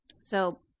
So-